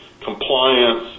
compliance